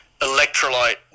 electrolyte